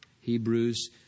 Hebrews